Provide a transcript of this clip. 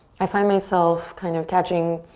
i find myself kind of catching,